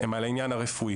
הן על העניין הרפואי